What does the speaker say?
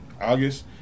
August